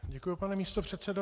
Děkuji, pane místopředsedo.